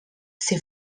ser